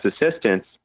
assistance